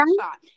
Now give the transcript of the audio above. shot